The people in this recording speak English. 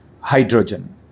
hydrogen